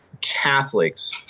Catholics